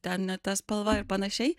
ten ne ta spalva ir panašiai